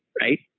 right